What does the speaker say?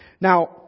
Now